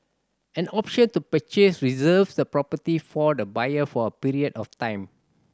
an option to purchase reserves the property for the buyer for a period of time